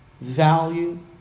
value